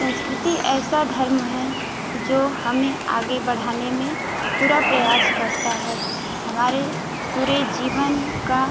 संस्कृति ऐसा धर्म है जो हमें आगे बढ़ाने में पूरा प्रयास करता है हमारे पूरे जीवन का